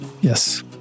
yes